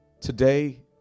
today